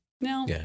no